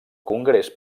congrés